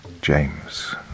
James